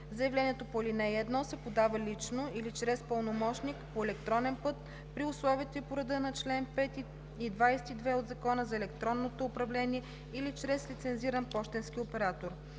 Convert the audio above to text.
Заявлението по ал. 1 се подава лично или чрез пълномощник, по електронен път при условията и по реда на чл. 5 и 22 от Закона за електронното управление или чрез лицензиран пощенски оператор.